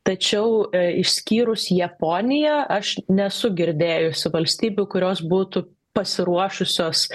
tačiau išskyrus japoniją aš nesu girdėjusi valstybių kurios būtų pasiruošusios